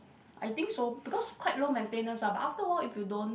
I think so because quite low maintenance ah but after a while if you don't